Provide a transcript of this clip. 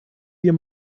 dir